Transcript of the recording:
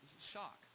shock